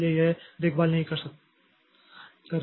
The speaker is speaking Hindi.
इसलिए वे यहां देखभाल नहीं कर रहे हैं